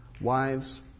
wives